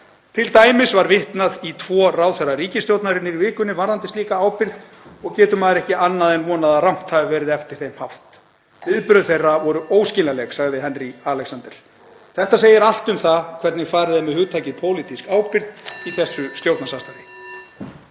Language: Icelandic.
„Til dæmis var vitnað í tvo ráðherra ríkisstjórnarinnar í vikunni varðandi slíka ábyrgð og getur maður ekki annað en vonað að rangt hafi verið eftir þeim haft. Viðbrögð þeirra voru óskiljanleg.“ (Forseti hringir.) Þetta segir allt um það hvernig farið er með hugtakið pólitísk ábyrgð í þessu stjórnarsamstarfi.